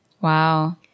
Wow